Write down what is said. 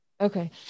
Okay